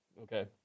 Okay